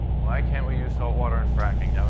why can't we use salt water in fracking?